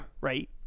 right